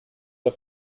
der